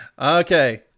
Okay